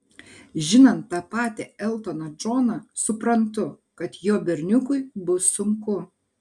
žinant tą patį eltoną džoną suprantu kad jo berniukui bus sunku